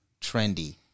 trendy